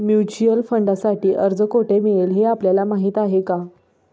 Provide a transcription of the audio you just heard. Mutual फंडांसाठी अर्ज कोठे मिळेल हे आपल्याला माहीत आहे का?